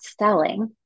selling